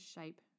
shape